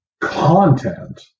content